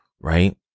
right